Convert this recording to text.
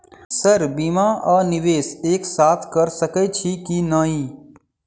Sir बीमा आ निवेश एक साथ करऽ सकै छी की न ई?